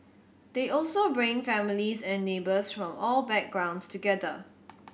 they also bring families and neighbours from all backgrounds together